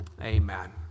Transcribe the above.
Amen